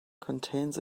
contains